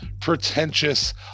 pretentious